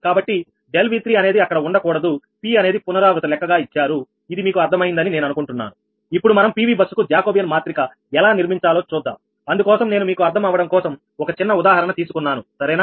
కాబట్టి ∆𝑉3 అనేది అక్కడ ఉండకూడదు p అనేది పునరావృత లెక్క గా ఇచ్చారు ఇది మీకు అర్థం అయిందని నేను అనుకుంటున్నాను ఇప్పుడు మనం PV బస్సుకు జాకోబియన్ మాత్రిక ఎలా నిర్మించాలో చూద్దాం అందుకోసం నేను మీకు అర్థం అవ్వడం కోసం ఒక చిన్న ఉదాహరణ తీసుకున్నాను సరేనా